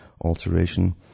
alteration